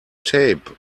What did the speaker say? tape